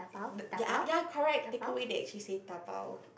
ya ya correct takeaway they actually say dabao